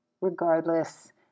Regardless